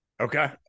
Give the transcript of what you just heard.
okay